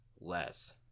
less